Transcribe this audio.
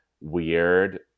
weird